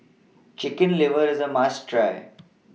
Chicken Liver IS A must Try